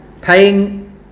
Paying